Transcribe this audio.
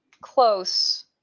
close